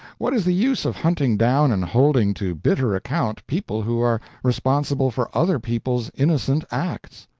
what is the use of hunting down and holding to bitter account people who are responsible for other people's innocent acts?